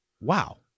wow